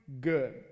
good